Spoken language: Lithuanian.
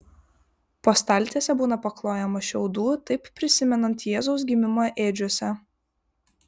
po staltiese būna paklojama šiaudų taip prisimenant jėzaus gimimą ėdžiose